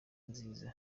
nziza